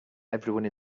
everyone